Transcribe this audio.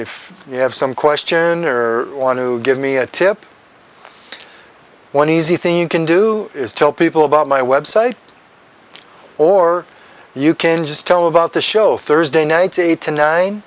if you have some question or want to give me a tip one easy thing you can do is tell people about my website or you can just tell about the show thursday nights eight to nine